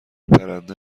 پرنده